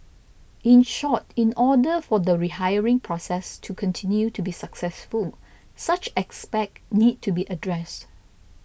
in short in order for the rehiring process to continue to be successful such aspect need to be addressed